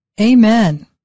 Amen